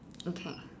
okay